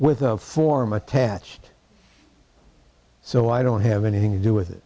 without form attached so i don't have anything to do with it